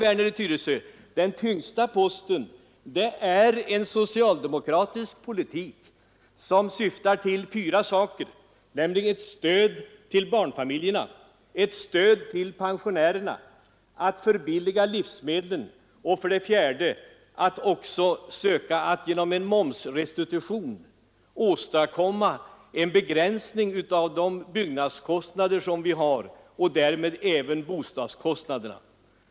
Nej, herr Werner, den tyngsta posten är en socialdemokratisk politik som syftar till fyra saker, nämligen stöd till barnfamiljerna, stöd till pensionärerna, förbilligade livsmedel och till att genom en momsresitution söka åstadkomma en begränsning av de nuvarande byggnadskostnaderna och därmed även en begränsning av bostadskostnaderna.